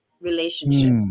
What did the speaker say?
relationships